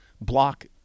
Block